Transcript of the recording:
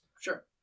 Sure